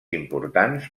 importants